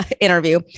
interview